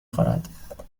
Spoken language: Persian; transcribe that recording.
خورد